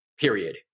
period